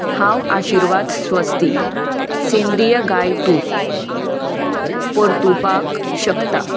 हांव आशिर्वाद स्वस्ती सेंद्रीय गाय तूप परतुपाक शकता